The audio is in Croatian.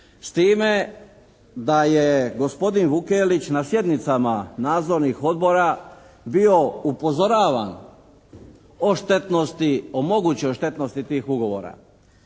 s time da je gospodin Vukelić na sjednicama nadzornih odbora bio upozoravan o štetnosti, o mogućoj štetnosti tih ugovora.